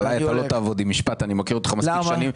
עליי אתה לא תעבוד עם משפט; אני מכיר אותך מספיק שנים.